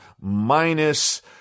minus